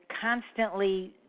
constantly